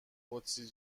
قدسی